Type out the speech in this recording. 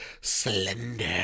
Slender